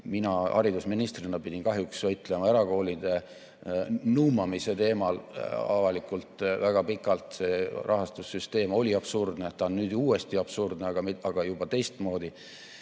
Mina haridusministrina pidin kahjuks võitlema erakoolide nuumamise teemal avalikult väga pikalt. Rahastussüsteem oli absurdne. See on nüüd uuesti absurdne, aga juba teistmoodi.